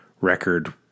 record